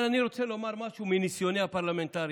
אבל אני רוצה לומר משהו מניסיוני הפרלמנטרי.